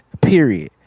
period